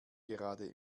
gerade